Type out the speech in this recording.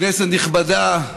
כנסת נכבדה,